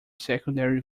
secondary